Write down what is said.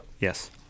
Yes